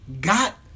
got